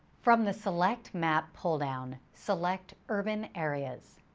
from the select map pulldown, select urban areas.